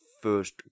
first